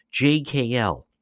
jkl